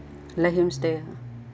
let him stay